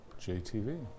JTV